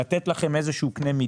כדי לתת קנה מידה,